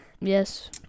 Yes